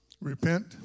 Repent